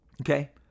okay